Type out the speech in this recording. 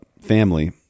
family